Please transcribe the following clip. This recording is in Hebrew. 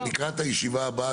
בישיבה הבאה